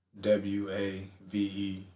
W-A-V-E